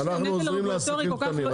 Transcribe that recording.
יש להם נטל רגולטורי כל כך כבד,